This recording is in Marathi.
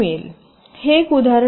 हे एक उदाहरण आहे